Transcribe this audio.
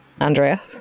Andrea